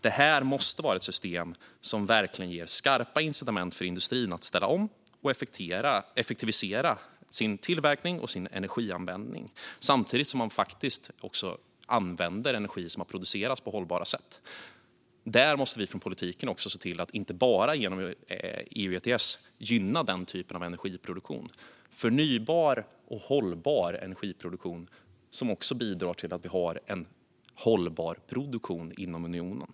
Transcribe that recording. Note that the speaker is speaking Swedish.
Det måste vara ett system som verkligen ger skarpa incitament för industrin att ställa om och effektivisera sin tillverkning och energianvändning samtidigt som man faktiskt använder den energi som har producerats på ett hållbart sätt. Där måste vi från politiken se till att med hjälp av ETS gynna inte bara den typen av energiproduktion, utan förnybar och hållbar energiproduktion ska också bidra till en hållbar produktion inom unionen.